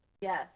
Yes